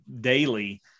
daily